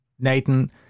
Nathan